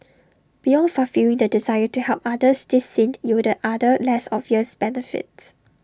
beyond fulfilling the desire to help others this stint yielded other less obvious benefits